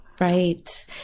Right